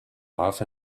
off